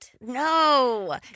No